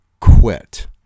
quit